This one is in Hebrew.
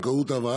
לנמק מפה.